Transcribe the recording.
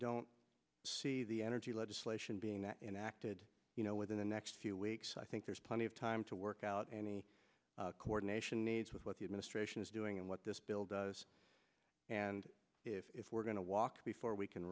don't see the energy legislation being that enacted you know within the next few weeks i think there's plenty of time to work out any coordination needs with what the administration is doing and what this bill does and if we're going to walk before we can